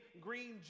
green